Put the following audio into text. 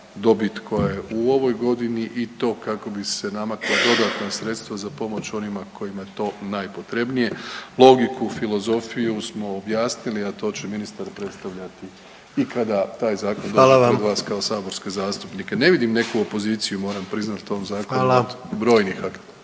dobit koja je u ovoj godini i to kako bi se namakla dodatna sredstva za pomoć onima kojima je to najpotrebnije. Logiku filozofiju smo objasnili, a to će ministar predstavljati i kada taj zakon dođe …/Upadica predsjednik: Hvala vam./… kod vas kao saborske zastupnike. Ne vidim neku opoziciju moram priznati …/Govornik se ne